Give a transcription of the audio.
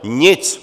Nic!